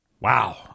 Wow